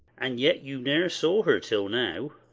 and yet you never saw her till now!